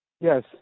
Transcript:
Yes